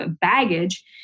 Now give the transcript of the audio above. baggage